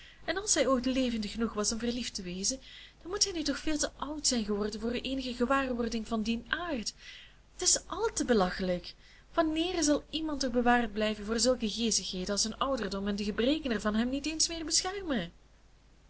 en als hij ooit levendig genoeg geweest is om verliefd te wezen dan moet hij nu toch veel te oud zijn geworden voor eenige gewaarwording van dien aard t is àl te belachelijk wanneer zal iemand toch bewaard blijven voor zulke geestigheden als zijn ouderdom en de gebreken ervan hem niet eens meer beschermen